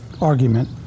argument